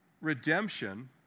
redemption